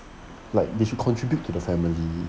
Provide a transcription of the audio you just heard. like they should contribute to the family